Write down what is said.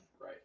Right